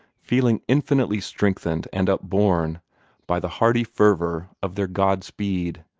feeling infinitely strengthened and upborne by the hearty fervor of their god-speed,